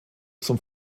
zum